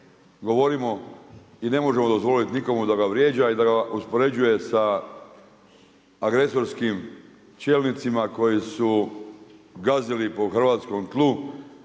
govorimo i ne možemo dozvoliti nikomu da ga vrijeđa i da uspoređuje sa agresorskim čelnicima koji su gazili po hrvatskom tlu,